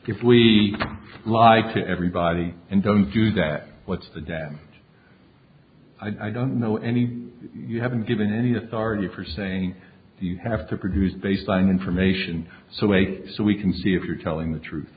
if we lied to everybody and don't do that what's the damage i don't know any you haven't given any authority for saying you have to produce baseline information so way so we can see if you're telling the truth